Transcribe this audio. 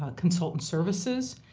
ah consultant services.